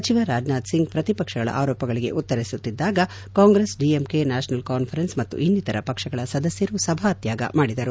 ಸಚಿವ ರಾಜನಾಥ್ ಸಿಂಗ್ ಪ್ರತಿಪಕ್ಷಗಳ ಆರೋಪಗಳಿಗೆ ಉತ್ತರಿಸುತ್ತಿದ್ದಾಗ ಕಾಂಗ್ರೆಸ್ ಡಿಎಂಕೆ ನ್ಯಾಷನಲ್ ಕಾನ್ಫರೆನ್ಸ್ ಮತ್ತು ಇನ್ನಿತರ ಪಕ್ಷಗಳ ಸದಸ್ಕರು ಸಭಾತ್ಯಾಗ ನಡೆಸಿದರು